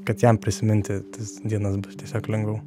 kad jam prisiminti tas dienas bus tiesiog lengviau